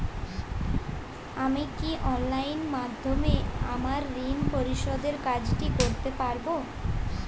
আমি কি অনলাইন মাধ্যমে আমার ঋণ পরিশোধের কাজটি করতে পারব?